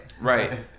Right